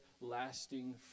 lasting